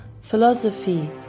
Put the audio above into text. philosophy